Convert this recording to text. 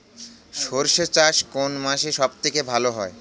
সর্ষে চাষ কোন মাসে সব থেকে ভালো হয়?